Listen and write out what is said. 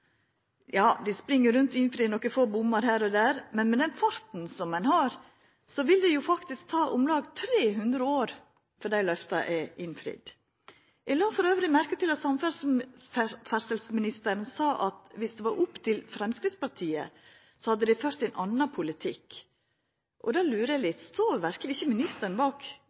Dei spring jo rundt og innfrir nokre få bommar her og der, men med den farten som dei har, vil det faktisk ta om lag 300 år før dei løfta er innfridde. Eg la elles merke til at samferdselsministeren sa at dersom det var opp til Framstegspartiet, hadde dei ført ein annan politikk. Då lurer eg litt: Står verkeleg ikkje ministeren bak